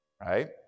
Right